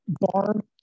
bar